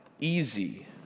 easy